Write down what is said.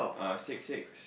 uh six six